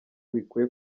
bikwiye